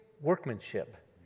workmanship